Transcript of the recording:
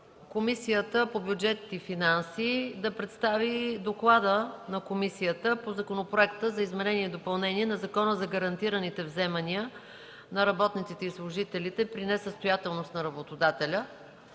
Комисията по бюджет и финанси да представи доклада по Законопроекта за изменение и допълнение на Закона за гарантираните вземания на работниците и служителите при несъстоятелност на работодателя.